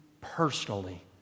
personally